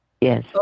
Yes